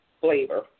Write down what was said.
flavor